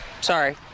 Sorry